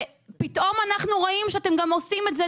פתאום אנחנו רואים שאתם גם עושים את זה